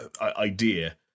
idea